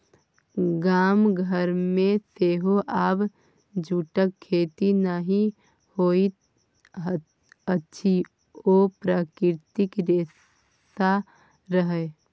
गाम घरमे सेहो आब जूटक खेती नहि होइत अछि ओ प्राकृतिक रेशा रहय